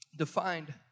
Defined